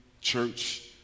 church